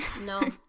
No